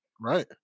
right